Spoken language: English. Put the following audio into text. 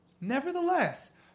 Nevertheless